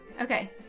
Okay